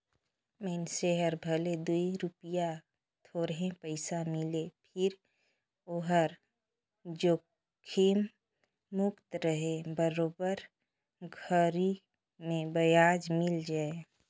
मइनसे हर भले दूई रूपिया थोरहे पइसा मिले फिर ओहर जोखिम मुक्त रहें बरोबर घरी मे बियाज मिल जाय